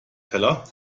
teller